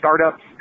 startups